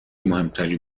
مهمتری